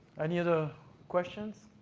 any other questions?